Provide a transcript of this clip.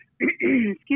excuse